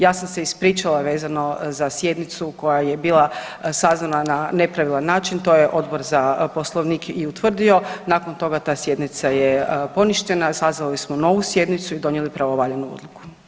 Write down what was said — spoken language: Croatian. Ja sam se ispričala vezano za sjednicu koja je bila sazvana na nepravilan način, to je Odbor za Poslovnik i utvrdio, nakon toga ta sjednica je poništena, sazvali smo novu sjednicu i donijeli pravovaljanu odluku.